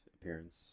appearance